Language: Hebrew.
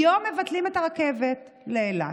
היום מבטלים את הרכבת לאילת,